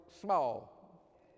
small